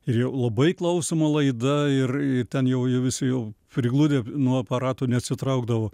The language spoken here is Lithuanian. ir jau labai klausoma laida ir ten jau visi jau prigludę nuo aparatų neatsitraukdavo